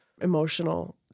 emotional